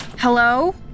Hello